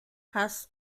has